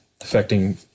affecting